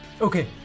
Okay